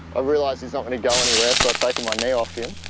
i've realised he's not going to go anywhere, so i'm taking my knee off him.